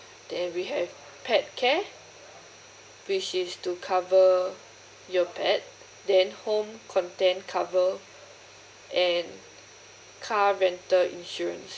then we have pet care which is to cover your pet then whole content cover and car rental issues